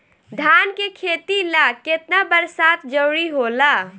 धान के खेती ला केतना बरसात जरूरी होला?